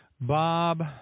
Bob